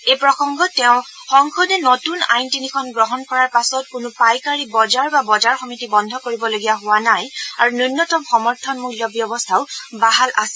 এই প্ৰসংগত তেওঁ সংসদে নতুন আইন তিনিখন গ্ৰহণ কৰাৰ পাছত কোনো পাইকাৰী বজাৰ বা বজাৰ সমিটি বন্ধ কৰিবলগীয়া হোৱা নাই আৰু ন্যনতম সমৰ্থন মূল্য ব্যৱস্থাও বাহাল আছে